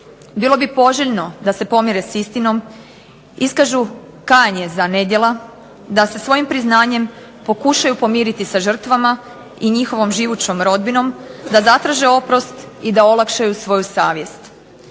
Bilo bi poželjno da se pomire s istinom, iskažu kajanje za nedjela, da se svojim priznanjem pokušaju pomiriti sa žrtvama i njihovom živućom rodbinom, da zatraže oprost i da olakšaju svoju savjest.